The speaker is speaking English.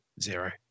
zero